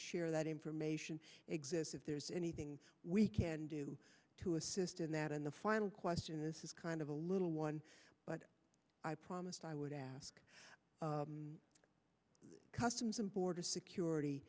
share that information exists if there's anything we can do to assist in that in the final question this is kind of a little one but i promised i would ask customs and border security